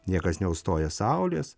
niekas neužstoja saulės